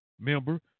member